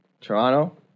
Toronto